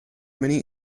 many